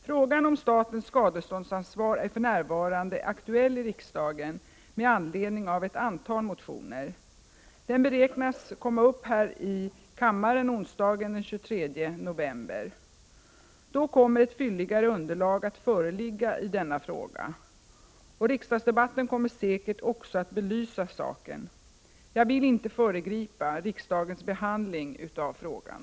Frågan om statens skadeståndsansvar är för närvarande aktuell i riksdagen med anledning av ett antal motioner. Den beräknas komma upp här i kammaren onsdagen den 23 november. Då kommer ett fylligare underlag att föreligga i denna fråga. Riksdagsdebatten kommer säkert också att belysa saken. Jag vill inte föregripa riksdagens behandling av frågan.